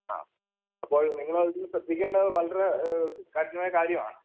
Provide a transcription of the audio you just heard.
ആ അപ്പോള് നിങ്ങളത് ശ്രദ്ധിക്കേണ്ടത് വളരെ കഠിനമായ കാര്യമാണ്